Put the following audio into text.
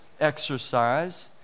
exercise